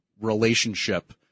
relationship